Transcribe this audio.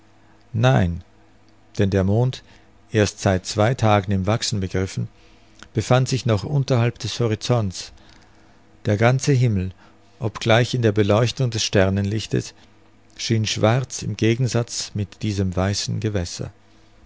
nein denn der mond erst seit zwei tagen im wachsen begriffen befand sich noch unterhalb des horizonts der ganze himmel obgleich in der beleuchtung des sternenlichtes schien schwarz im gegensatz mit diesem weißen gewässer